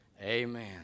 Amen